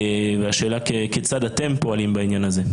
והשאלה כיצד אתם פועלים בעניין הזה?